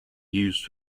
used